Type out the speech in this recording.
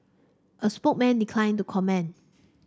a spokesman declined to comment